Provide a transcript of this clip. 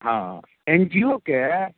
हँ N G O के